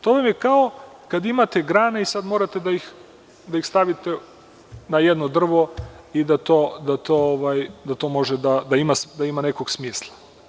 To vam je kao kad imate grane i sad morate da ih stavite na jedno drvo i da to može da ima nekog smisla.